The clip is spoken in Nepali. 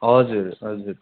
हजुर हजुर